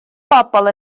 bobl